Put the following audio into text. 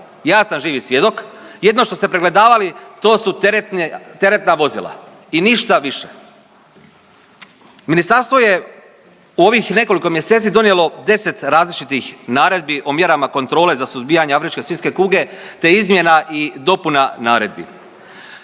Ja sam živi svjedok, jedino što ste pregledavali to su teretna vozila i ništa više. Ministarstvo je u ovih nekoliko mjeseci donijelo 10 različitih naredbi o mjerama kontrole za suzbijanje afričke svinjske kuge te izmjena i dopuna naredbi.